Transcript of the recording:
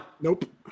Nope